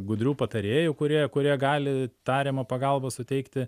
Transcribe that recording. gudrių patarėjų kurie kurie gali tariamą pagalbą suteikti